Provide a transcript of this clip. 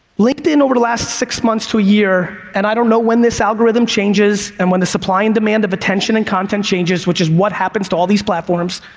linkedin over the last six months to a year, and i don't know when this algorhithim changes and when the supply and demand of attention and content changes, which is what happens to all these platforms.